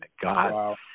God